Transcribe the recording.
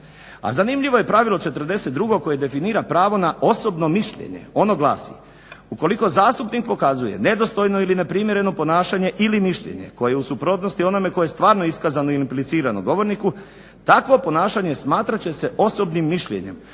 A zanimljivo je pravilo 42. koje definira pravo na osobno mišljenje. Ono glasi: "Ukoliko zastupnik pokazuje nedostojno ili neprimjereno ponašanje ili mišljenje koje je u suprotnosti onome koje je stvarno iskazano ili implicirano govorniku takvo ponašanje smatrat će se osobnim mišljenjem.